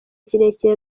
kirekire